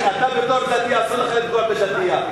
אתה בתור דתי, אסור לך לפגוע בדתייה.